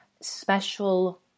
special